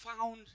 found